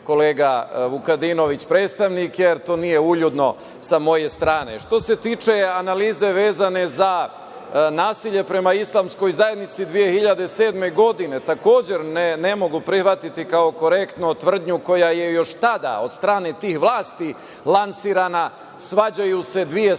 kolega Vukadinović predstavnik, jer to nije uljudno sa moje strane. Što se tiče analize vezano za nasilje prema islamskoj zajednici 2007. godine, takođe ne mogu prihvatiti kao korektnu tvrdnju koja je još tada od strane tih vlasti lansirana, svađaju se dve